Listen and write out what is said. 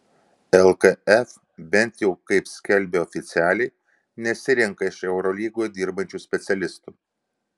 lkf bent jau kaip skelbia oficialiai nesirenka iš eurolygoje dirbančių specialistų